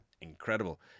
incredible